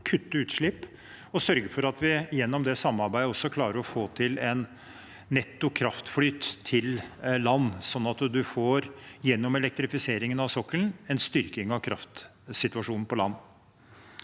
og sørge for at vi gjennom det samarbeidet også klarer å få til en netto kraftflyt til land, sånn at en gjennom elektrifisering av sokkelen får en styrking av kraftsituasjonen på land.